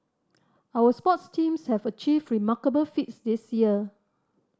our sports teams have achieved remarkable feats this year